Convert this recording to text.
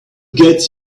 gets